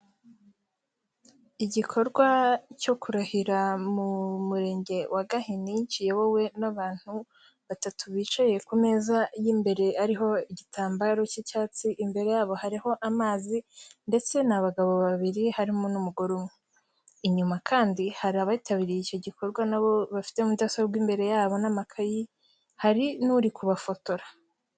Igikorwa cyo kurahira mu murenge wa Gahini kiyobowe n'abantu batatu bicaye ku meza y'imbere ariho igitambaro cy'icyatsi, imbere yabo hariho amazi ndetse n'abagabo babiri harimo n'umugore umwe. Inyuma kandi hari abitabiriye icyo gikorwa nabo bafite mudasobwa imbere yabo n'amakayi hari n'uri kubafotora.